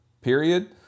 period